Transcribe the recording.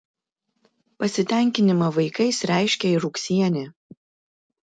pasitenkinimą vaikais reiškė ir ūksienė